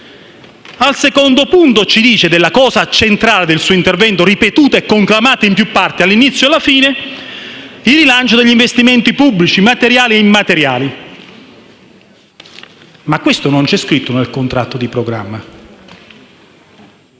o no? Inoltre, l'argomento centrale del suo intervento, ripetuto e conclamato in più parti dall'inizio alla fine, è stato il rilancio degli investimenti pubblici materiali e immateriali. Ma questo non c'è scritto nel contratto di programma.